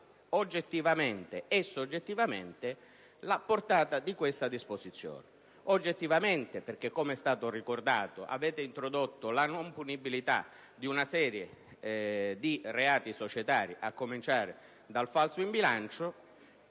oggettivamente e soggettivamente la portata di tale disposizione. Oggettivamente perché, come è stato ricordato, avete introdotto la non punibilità di una serie di reati societari, a cominciare dal falso in bilancio